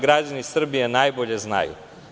Građani Srbije najbolje znaju.